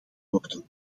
worden